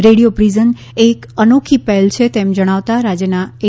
radio પ્રિઝનએ એક અનોખી પહેલ છે તેમ જણાવતા રાજ્યના એ